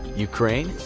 ukraine.